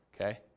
okay